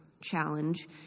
challenge